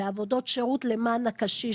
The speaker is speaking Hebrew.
בעבודות שירות למען הקשיש,